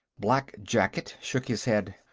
black-jacket shook his head.